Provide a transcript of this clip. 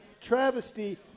travesty